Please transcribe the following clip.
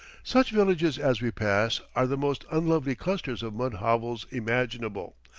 such villages as we pass are the most unlovely clusters of mud hovels imaginable.